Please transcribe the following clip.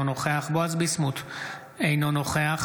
אינו נוכח